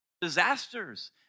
disasters